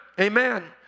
Amen